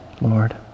Lord